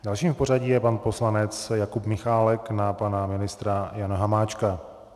Dalším v pořadí je pan poslanec Jakub Michálek na pana ministra Jana Hamáčka.